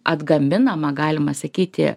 atgaminama galima sakyti